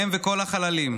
הם וכל החללים,